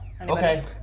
Okay